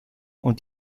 und